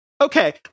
Okay